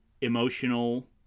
emotional